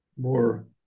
more